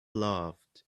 loved